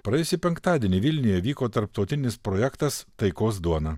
praėjusį penktadienį vilniuje vyko tarptautinis projektas taikos duona